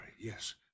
Yes